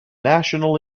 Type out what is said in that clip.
national